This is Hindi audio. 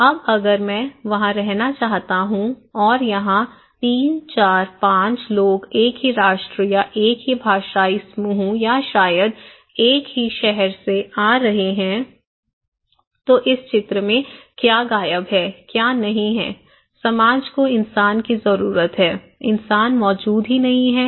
अब अगर मैं वहाँ रहना चाहता हूँ और यहाँ 3 4 5 लोग एक ही राष्ट्र या एक ही भाषाई समूह या शायद एक ही शहर से आ रहे हैं वे एक साथ रह रहे हैं तो इस चित्र में क्या गायब है क्या नहीं है समाज को इंसान की जरूरत है इंसान मौजूद नहीं है